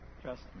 Trust